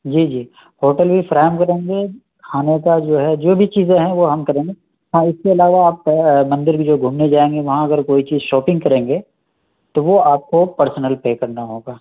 جی جی ہوٹل بھی فراہم کریں گے کھانے کا جو ہے جو بھی چیزیں ہیں وہ ہم کریں گے ہاں اس علاوہ آپ مندر میں جو گھومنے جائیں گے وہاں اگر کوئی چیز شاپنگ کریں گے تو وہ آپ کو پرسنل پے کرنا ہوگا